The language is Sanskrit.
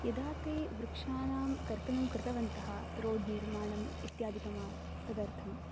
यदा ते वृक्षाणां कर्तनं कृतवन्तः रोड् निर्माणम् इत्यादिकं तदर्थं